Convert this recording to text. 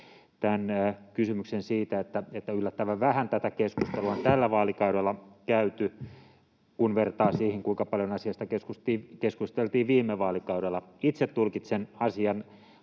tämän kysymyksen siitä, että yllättävän vähän tätä keskustelua on tällä vaalikaudella käyty, kun vertaa siihen, kuinka paljon asiasta keskusteltiin viime vaalikaudella. Itse tulkitsen asian